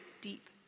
deep